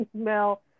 email